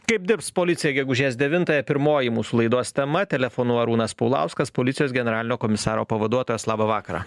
kaip dirbs policija gegužės devintąją pirmoji mūsų laidos tema telefonu arūnas paulauskas policijos generalinio komisaro pavaduotojas labą vakarą